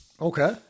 Okay